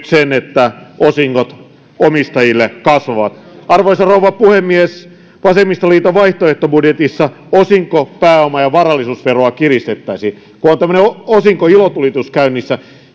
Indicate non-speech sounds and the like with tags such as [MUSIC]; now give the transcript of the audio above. [UNINTELLIGIBLE] sen että osingot omistajille kasvavat arvoisa rouva puhemies vasemmistoliiton vaihtoehtobudjetissa osinko pääoma ja varallisuusveroa kiristettäisiin kun on tämmöinen osinkoilotulitus käynnissä